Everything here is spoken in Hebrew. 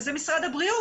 וזה משרד הבריאות,